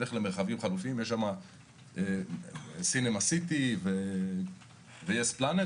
נלך למרחבים חלופיים כמו הסינמה סיטי ויס פלנט.